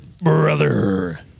Brother